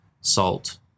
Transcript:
salt